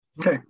Okay